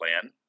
plan